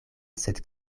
sed